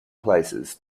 places